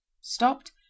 stopped